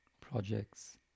projects